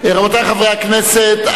רבותי חברי הכנסת,